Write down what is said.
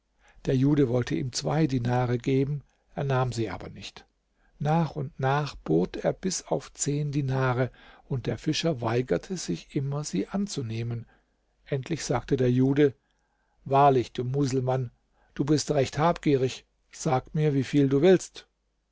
der jude wollte ihm zwei dinare geben er nahm sie aber nicht nach und nach bot er bis auf zehn dinare und der fischer weigerte sich immer sie anzunehmen endlich sagte der jude wahrlich du muselmann du bist recht habgierig sag mir wieviel du willst